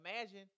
imagine